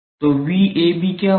तो 𝑉𝐴𝐵 क्या होगा